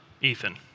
Ethan